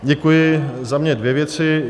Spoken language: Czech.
Děkuji, za mě dvě věci.